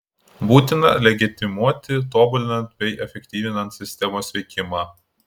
būtina legitimuoti tobulinant bei efektyvinant sistemos veikimą